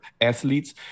athletes